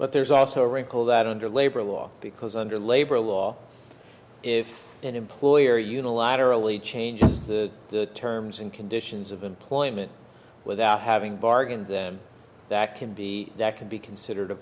but there's also a wrinkle that under labor law because under labor law if an employer unilaterally changes the terms and conditions of employment without having bargained them that can be that can be considered a